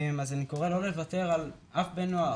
אז אני קורא לא לוותר על אף בן נוער.